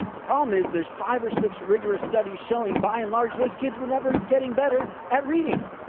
the problem is there's five or six rigorous studies showing by and large those kids were never getting better at reading.